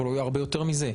אבל הוא היה הרבה יותר מזה.